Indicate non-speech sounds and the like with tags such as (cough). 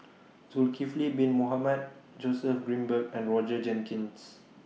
(noise) Zulkifli Bin Mohamed Joseph Grimberg and Roger Jenkins